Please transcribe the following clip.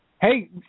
Hey